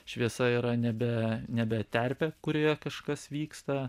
šviesa yra nebe nebe terpė kurioje kažkas vyksta